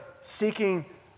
seeking